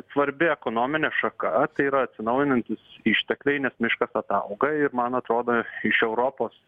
svarbi ekonominė šaka tai yra atsinaujinantys ištekliai nes miškas atauga ir man atrodo iš europos